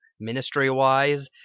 ministry-wise